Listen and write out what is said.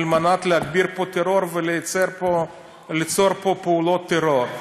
על מנת להגביר פה טרור וליצור פה פעולות טרור.